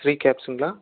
Sri கேப்ஸுங்களா